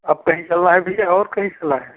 अब कहीं चलना है भैया और कहीं से लाएँ हैं